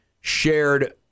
shared